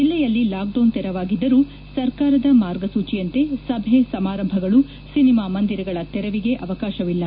ಜಿಲ್ಲೆಯಲ್ಲಿ ಲಾಕ್ಡೌನ್ ತೆರವಾಗಿದ್ದರೂ ಸರ್ಕಾರದ ಮಾರ್ಗಸೂಚಿಯಂತೆ ಸಭೆ ಸಮಾರಂಭಗಳು ಸಿನಿಮಾ ಮಂದಿರಗಳ ತೆರವಿಗೆ ಅವಕಾಶವಿಲ್ಲ